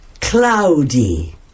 cloudy